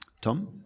Tom